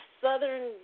southern